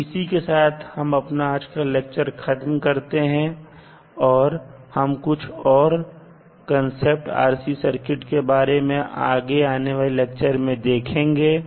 तो इसी के साथ हम अपना आज का लैक्चर खत्म करते हैं और हम कुछ और कांसेप्ट RC सर्किट के बारे में आगे आने वाले लेक्चर में देखेंगे